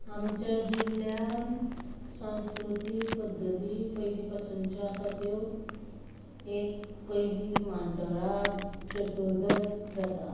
आमच्या जिल्ल्यान संस्कृती पद्दती पयलीं पासुनच्यो आसा त्यो एक पयलीं म्हाड्डोळा चतुर्दस जाता